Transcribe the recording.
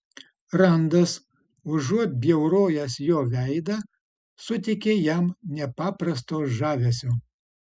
randas užuot bjaurojęs jo veidą suteikė jam nepaprasto žavesio